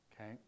Okay